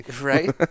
Right